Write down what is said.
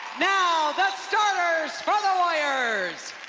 now, the starters for the warriors.